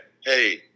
hey